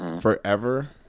forever